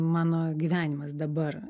mano gyvenimas dabar